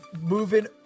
moving